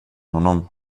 honom